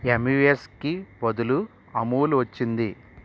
ఎంవిఎస్కి బదులు అమూల్ వచ్చింది